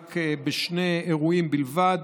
רק בשני אירועים בלבד,